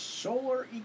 solar